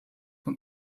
von